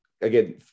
again